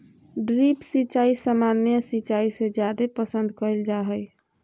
drip सिंचाई सामान्य सिंचाई से जादे पसंद कईल जा हई